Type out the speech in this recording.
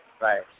right